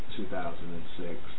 2006